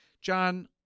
John